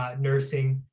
ah nursing,